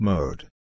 Mode